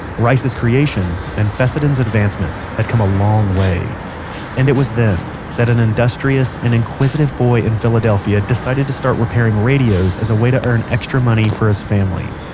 reis' creation and fessenden's advancements had come a long way and it was then that an industrious and inquisitive boy in philadelphia decided to start repairing radios as a way to earn extra money for his family.